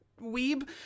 weeb